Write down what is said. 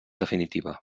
definitiva